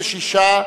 66),